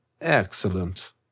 Excellent